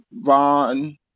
Ron